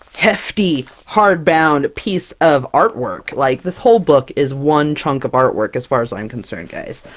hefty, hardbound piece of artwork! like, this whole book is one chunk of artwork, as far as i'm concerned, guys!